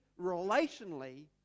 relationally